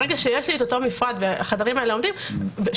ברגע שיש לי את אותו מפרט והחדרים האלה עומדים בו,